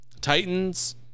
Titans